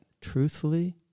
truthfully